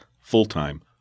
full-time